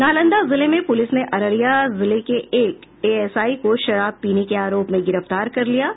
नालंदा जिले में पुलिस ने अररिया जिले के एक एएसआई को शराब पीने के आरोप में गिरफ्तार कर लिया है